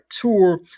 tour